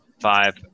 Five